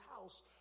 house